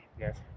Yes